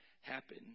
happen